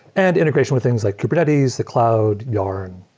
and integration with things like kubernetes, the cloud, yarn,